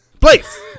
Please